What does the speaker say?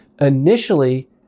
initially